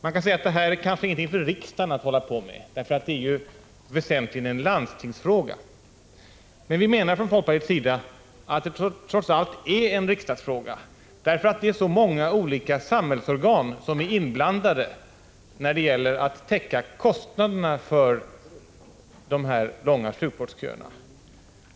Man kan säga att detta kanske inte är någonting för riksdagen att hålla på med, för det är ju väsentligen en landstingsfråga. Men vi menar från folkpartiets sida att det trots allt är en riksdagsfråga, därför att det är så många olika samhällsorgan som är inblandade när det gäller att täcka kostnaderna för de här långa sjukvårdsköerna.